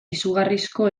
izugarrizko